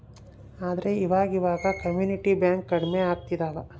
ಆದ್ರೆ ಈವಾಗ ಇವಾಗ ಕಮ್ಯುನಿಟಿ ಬ್ಯಾಂಕ್ ಕಡ್ಮೆ ಆಗ್ತಿದವ